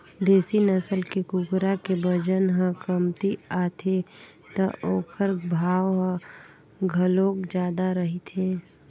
देसी नसल के कुकरा के बजन ह कमती आथे त ओखर भाव ह घलोक जादा रहिथे